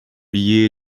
ollier